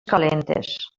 calentes